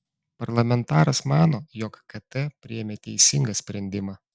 parlamentaras mano jog kt priėmė teisingą sprendimą